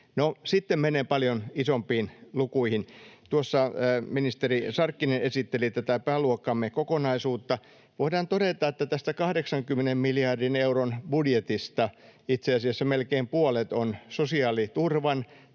sitten menen paljon isompiin lukuihin. Tuossa ministeri Sarkkinen esitteli tätä pääluokkamme kokonaisuutta. Voidaan todeta, että tästä 80 miljardin euron budjetista itse asiassa melkein puolet on sosiaaliturvan